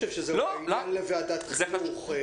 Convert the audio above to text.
זה לא עניין לוועדת החינוך.